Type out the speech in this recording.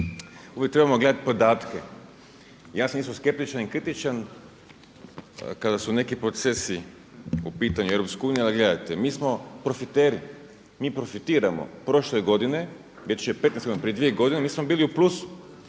uvijek trebamo gledati podatke. Ja sam isto skeptičan i kritičan kada su neki procesi u pitanju u Europskoj uniji, ali gledajte mi smo profiteri, mi profitiramo. Prošle godine bit će 15 godina, prije dvije godine mi smo bili u plusu,